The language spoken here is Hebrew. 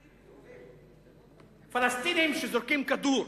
זה פלסטינים, פלסטינים שזורקים כדור,